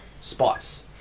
spice